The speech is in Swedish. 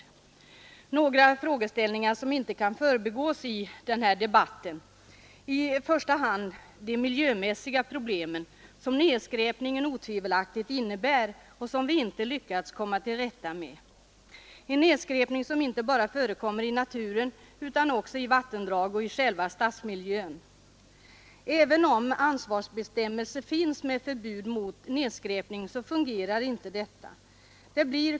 Jag vill ta upp några frågeställningar som inte kan förbigås i debatten om engångsförpackningar. I första hand innebär nedskräpningen otvivelaktigt miljömässiga problem, som vi inte lyckas komma till rätta med — en nedskräpning som inte bara förekommer i naturen utan också i vattendrag och i själva stadsmiljön. Även om ansvarsbestämmelser finns med förbud mot nedskräpning, fungerar inte detta.